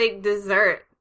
dessert